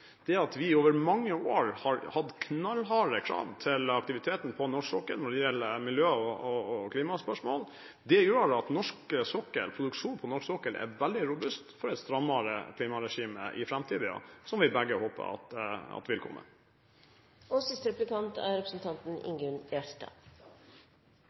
at vi over mange år har hatt knallharde krav til aktiviteten på norsk sokkel når det gjelder miljø- og klimaspørsmål. Det gjør at produksjonen på norsk sokkel er veldig robust for et strammere klimaregime i framtiden, som vi begge håper at vil komme.